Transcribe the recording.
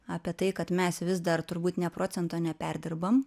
apie tai kad mes vis dar turbūt nė procento neperdirbam